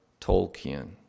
Tolkien